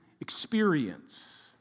experience